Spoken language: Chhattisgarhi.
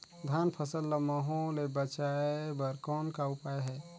धान फसल ल महू ले बचाय बर कौन का उपाय हे?